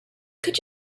could